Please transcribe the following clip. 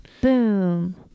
Boom